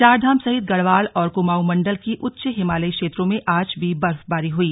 चारधाम सहित गढ़वाल और कुमाऊं मंडल की उच्च हिमालयी क्षेत्रों में आज भी बर्फबारी हुई